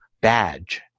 badge